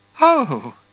Oh